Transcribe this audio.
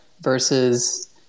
versus